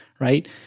right